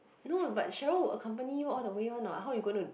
no but Cheryl will accompany you all the way [one] [what] how you gonna